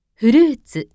Fruits